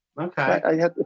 Okay